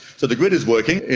so the grid is working,